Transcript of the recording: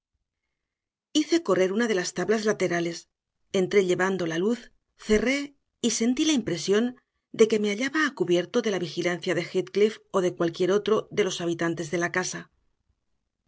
hice correr una de las tablas laterales entré llevando la luz cerré y sentí la impresión de que me hallaba a cubierto de la vigilancia de heathcliff o de cualquier otro de los habitantes